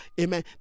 Amen